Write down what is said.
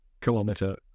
kilometer